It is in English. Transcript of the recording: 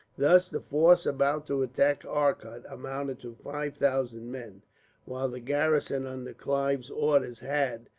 thus the force about to attack arcot amounted to five thousand men while the garrison under clive's orders had,